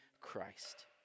Christ